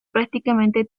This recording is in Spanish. prácticamente